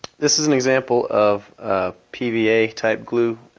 this is an example of ah pva type glue,